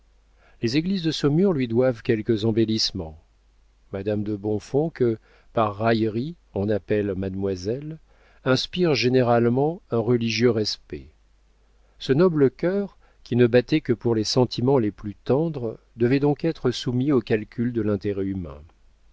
les églises de saumur lui doivent quelques embellissements madame de bonfons que par raillerie on appelle mademoiselle inspire généralement un religieux respect ce noble cœur qui ne battait que pour les sentiments les plus tendres devait donc être soumis aux calculs de l'intérêt humain